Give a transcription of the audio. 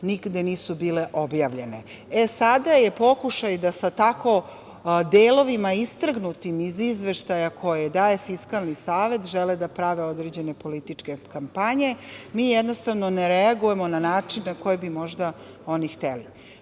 Đilas, nisu bile objavljene. Sada je pokušaj da sa tako delovima istrgnutim iz izveštaja koje daje Fiskalni savet žele da prave određene političke kampanje. Mi jednostavno ne reagujemo na način na koji bi možda oni hteli.